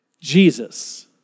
Jesus